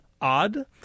odd